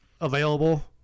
Available